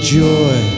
joy